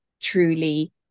truly